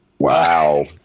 Wow